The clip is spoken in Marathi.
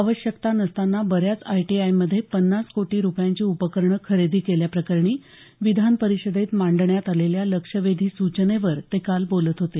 आवश्यकता नसताना ब याच आयटीआयमध्ये पन्नास कोटी रुपयांची उपकरणं खरेदी केल्याप्रकरणी विधानपरिषदेत मांडण्यात आलेल्या लक्ष्यवेधी सूचनेवर ते काल बोलत होते